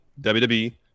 WWE